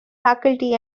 faculty